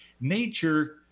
Nature